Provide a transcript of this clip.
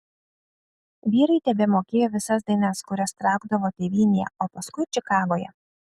vyrai tebemokėjo visas dainas kurias traukdavo tėvynėje o paskui čikagoje